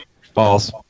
False